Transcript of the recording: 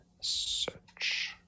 Search